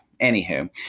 Anywho